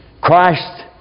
Christ